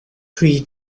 pre